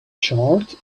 charred